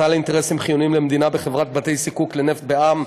על אינטרסים חיוניים למדינה בחברת בתי-זיקוק לנפט בע"מ),